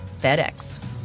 FedEx